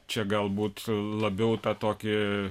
čia galbūt labiau tą tokį